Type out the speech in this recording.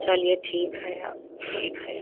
चलिए ठीक है अब ठीक है